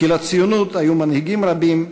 כי לציונות היו מנהיגים רבים,